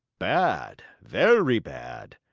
bad, very bad!